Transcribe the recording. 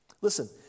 Listen